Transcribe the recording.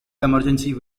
emergency